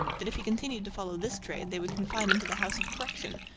that if he continued to follow this trade they would confine him to the house of correction,